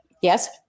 Yes